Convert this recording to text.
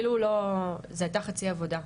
זה הייתה חצי עבודה.